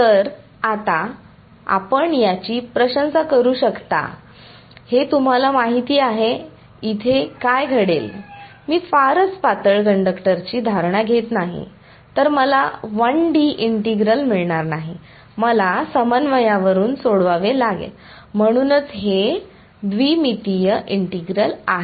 तर आता आपण याची प्रशंसा करू शकता हे तुम्हाला माहिती आहे इथे काय घडेल मी फारच पातळ कंडक्टरची धारणा घेत नाही तर मला 1 डी इंटिग्रल मिळणार नाही मला समन्वयावरुन सोडवावे लागेल म्हणूनच हे द्विमितीय इंटिग्रल आहे